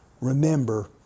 Remember